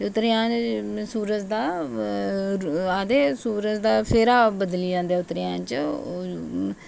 त्रेआन सूरज दा आखदे सूरज दा फेरा बदली जंदा ऐ त्रेआन च